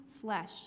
flesh